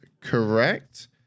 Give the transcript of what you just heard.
correct